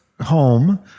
home